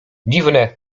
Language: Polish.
dziwne